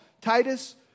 Titus